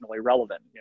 relevant